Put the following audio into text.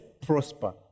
prosper